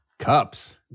Cups